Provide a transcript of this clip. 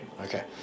Okay